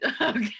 okay